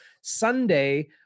Sunday